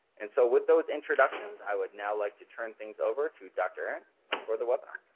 and so with those introductions i would now like to turn things over to dr. arent for the webinar.